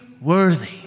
worthy